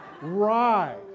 Right